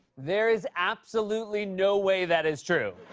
there is absolutely no way that is true.